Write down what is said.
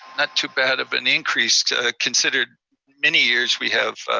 not to bad of an increase, to consider many years we have